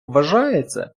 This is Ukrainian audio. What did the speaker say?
вважається